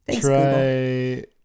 try